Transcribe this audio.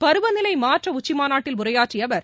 பருவநிலை மாற்ற உச்சி மாநாட்டில் உரையாற்றிய அவர்